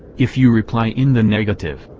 if you reply in the negative,